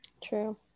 True